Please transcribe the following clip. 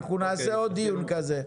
נעשה עוד דיון כזה.